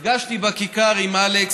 נפגשתי בכיכר עם אלכס.